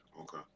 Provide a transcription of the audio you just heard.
Okay